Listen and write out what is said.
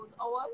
hours